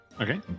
Okay